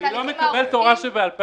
--- אני לא מתייחס לתורה שבעל-פה.